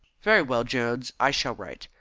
very well, jones. i shall write.